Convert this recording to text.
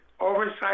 oversight